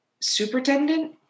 superintendent